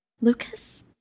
Lucas